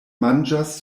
manĝas